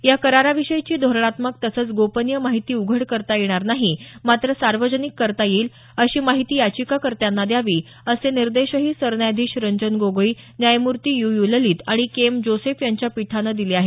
या कराराविषयीची धोरणात्मक तसंच गोपनीय माहिती उघड करता येणार नाही मात्र सार्वजनिक करता येईल अशी माहिती याचिकाकर्त्यांना द्यावी असे निर्देशही सरन्यायाधीश रंजन गोगोई न्यायमूर्ती यु यु ललित आणि के एम जोसेफ यांच्या पीठानं दिले आहेत